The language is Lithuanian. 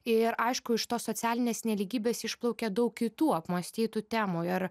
ir aišku iš tos socialinės nelygybės išplaukia daug kitų apmąstytų temų ir